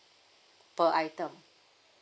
per item